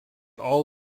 all